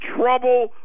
trouble